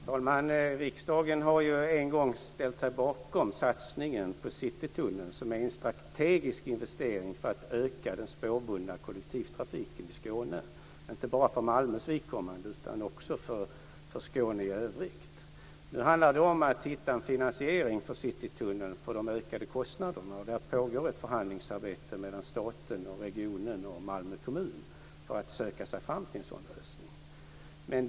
Fru talman! Riksdagen har en gång ställt sig bakom satsningen på Citytunneln, som är en strategisk investering för att öka den spårbundna kollektivtrafiken i Skåne. Det sker inte bara för Malmös vidkommande utan också för Skåne i övrigt. Nu handlar det om att hitta en finansiering för de ökade kostnaderna för Citytunneln. Det pågår ett förhandlingsarbete mellan staten, regionen och Malmö kommun för att söka sig fram till en sådan lösning.